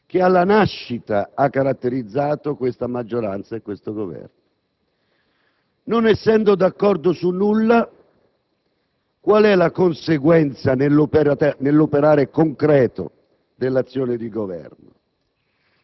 che alla nascita ha caratterizzato questa maggioranza e questo Governo. Non essendo d'accordo su nulla, qual è la conseguenza nell'operare concreto dell'azione di governo?